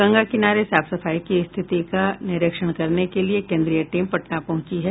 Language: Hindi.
गंगा किनारे साफ सफाई की स्थिति का निरीक्षण करने के लिये केंद्रीय टीम पटना पहुंची है